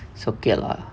it's okay lah